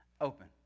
open